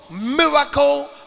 miracle